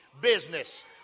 business